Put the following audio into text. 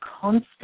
constant